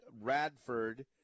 Radford